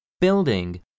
Building